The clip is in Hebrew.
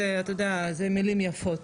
אלה מילים יפות.